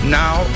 now